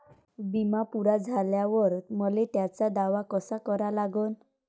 बिमा पुरा भरून झाल्यावर मले त्याचा दावा कसा करा लागन?